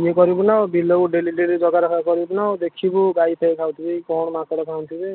ଇଏ କରିବୁନା ଆଉ ବିଲକୁ ଡେଲି ଡେଲି ଜଗା ରଖା କରିବୁନା ଆଉ ଦେଖିବୁ ଗାଈ ଫାଇ ଖାଉଛନ୍ତି କି କ'ଣ ମାଙ୍କଡ଼ ଖାଉଥିବେ